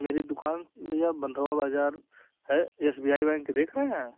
मेरी दुकान भैया बंधुआ बाज़ार है एस बी आई बैंक देख रहे हैं